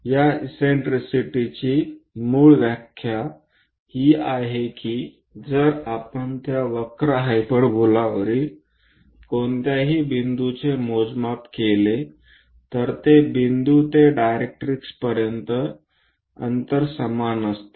या इससेन्ट्रिसिटीची मूळ व्याख्या ही आहे की जर आपण त्या वक्र हायपरबोलावरील कोणत्याही बिंदूचे मोजमाप केले तर ते बिंदू ते डायरेक्ट्रिक्सपर्यंत अंतर समान असते